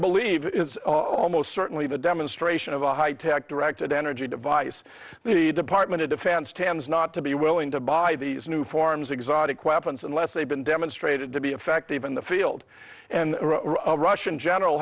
believe is almost certainly the demonstration of a high tech directed energy device the department of defense tends not to be willing to buy these new forms exotic weapons unless they've been demonstrated to be effective in the field and a russian general